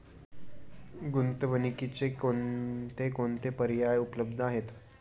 गुंतवणुकीचे कोणकोणते पर्याय उपलब्ध आहेत?